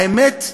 האמת,